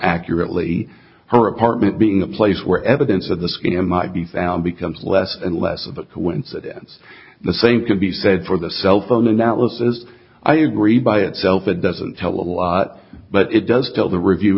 accurately her apartment being a place where evidence of this in might be found becomes less and less about when it's the same can be said for the cellphone analysis i agree by itself it doesn't tell a lot but it does tell the review